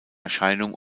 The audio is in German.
erscheinung